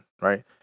right